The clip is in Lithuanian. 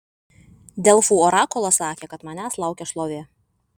delfų orakulas sakė kad manęs laukia šlovė